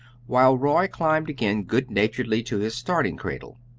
while roy climbed again good-naturedly to his starting-cradle.